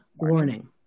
warning